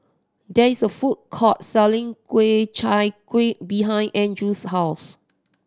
there is a food court selling Ku Chai Kuih behind Andrew's house